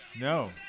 No